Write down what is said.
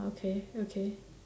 okay okay